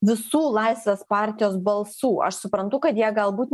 visų laisvės partijos balsų aš suprantu kad jie galbūt